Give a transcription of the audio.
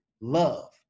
love